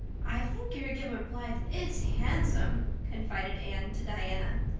i think your gilbert blythe is handsome, confided anne to diana,